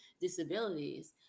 disabilities